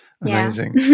Amazing